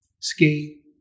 skate